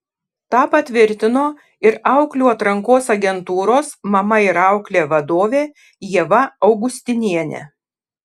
tą patvirtino ir auklių atrankos agentūros mama ir auklė vadovė ieva augustinienė